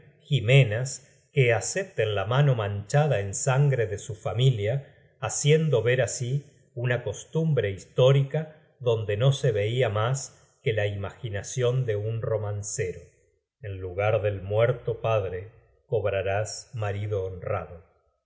jimenas que acepten la mano manchada en sangre de su familia haciendo ver así una costumbre histórica donde no se veia mas que la imaginacion de un romancero en lugar del muerto padre cobrarás marido honrado